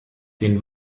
den